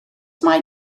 mae